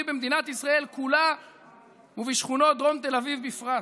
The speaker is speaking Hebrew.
במדינת ישראל כולה ובשכונות דרום תל אביב בפרט,